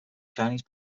chinese